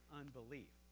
unbelief